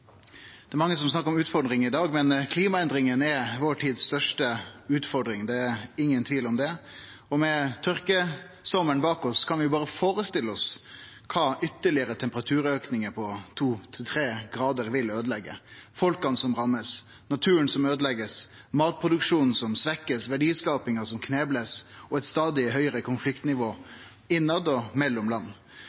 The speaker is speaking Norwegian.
Det er mange som snakkar om utfordringar i dag, men klimaendringane er vår tids største utfordring. Det er ingen tvil om det, og med tørkesommaren bak oss kan vi berre førestille oss kva ein ytterlegare temperaturauke på 2–3 grader vil øydeleggje: menneska som blir ramma, naturen som blir øydelagd, matproduksjonen som blir svekt, verdiskapinga som blir knebla, og eit stadig høgare konfliktnivå i og mellom land.